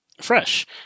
fresh